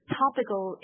topical